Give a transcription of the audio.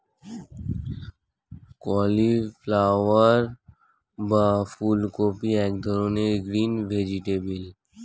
cauliflower বা ফুলকপি এক ধরনের গ্রিন ভেজিটেবল